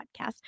podcast